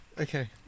Okay